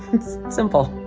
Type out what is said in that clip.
it's simple.